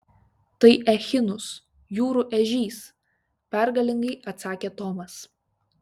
tai echinus jūrų ežys pergalingai atsakė tomas